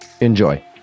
Enjoy